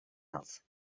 else